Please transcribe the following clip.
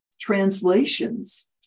translations